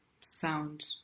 sound